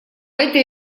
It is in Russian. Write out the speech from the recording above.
этой